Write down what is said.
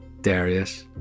Darius